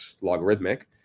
logarithmic